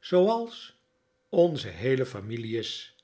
zooals onze heele familie is